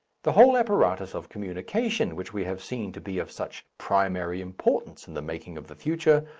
the whole apparatus of communications, which we have seen to be of such primary importance in the making of the future,